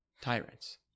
tyrants